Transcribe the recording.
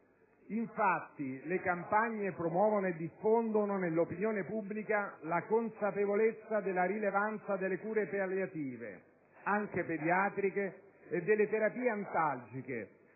Infatti, le campagne promuovono e diffondono nell'opinione pubblica la consapevolezza della rilevanza delle cure palliative, anche pediatriche, e delle terapie antalgiche,